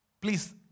Please